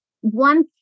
one